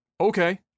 Okay